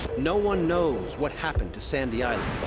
no one knows what happened to sandy island,